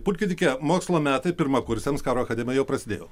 pulkininke mokslo metai pirmakursiams karo akademijoj jau prasidėjo